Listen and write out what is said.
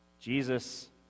Jesus